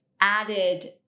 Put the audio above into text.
added